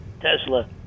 Tesla